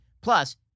Plus